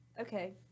Okay